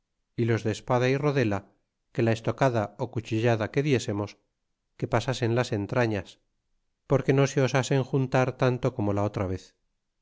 y los de espada y rodela que la estocada ó cuchillada que diésemos que pasasen las entrañas porque no se osasen juntar tanto como la otra vez